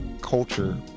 culture